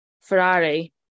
Ferrari